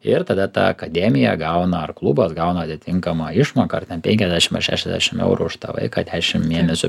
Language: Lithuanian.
ir tada ta akademija gauna ar klubas gauna atitinkamą išmoką ar ten penkiasdešim ar šešiasdešim eurų už tą vaiką dešim mėnesių